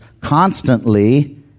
constantly